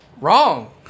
wrong